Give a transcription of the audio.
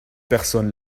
personne